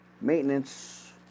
maintenance